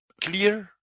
clear